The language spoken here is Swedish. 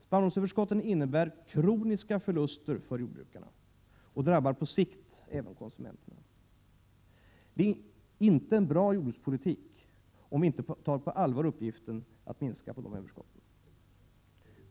Spannmålsöverskottet innebär kroniska förluster för jordbrukarna och drabbar på sikt även konsumenterna. Det är inte en bra jordbrukspolitik om vi inte tar uppgiften att minska de överskotten på allvar.